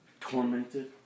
Tormented